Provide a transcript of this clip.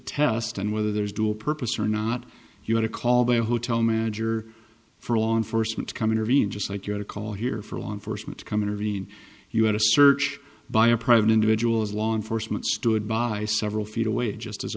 test and whether there's dual purpose or not you want to call the hotel manager for law enforcement to come intervene just like you got a call here for law enforcement to come intervene you had a search by a private individual as law enforcement stood by several feet away just as